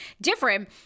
different